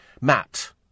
Matt